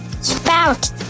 Spout